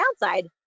downside